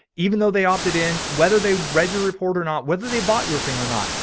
even though they opted in whether they read your report or not, whether they bought your thing or not.